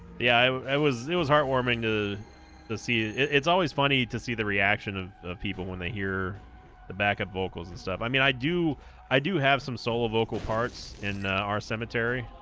i i was it was heartwarming ah to see it's always funny to see the reaction of of people when they hear the backup vocals and stuff i mean i do i do have some solo vocal parts in our cemetery